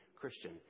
Christian